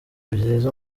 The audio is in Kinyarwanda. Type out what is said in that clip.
byiza